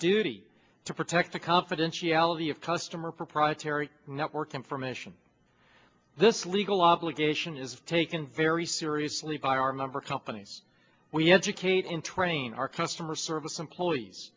duty to protect the confidentiality of customer proprietary network information this legal obligation is taken very seriously by our member companies we educate and train our customer service employees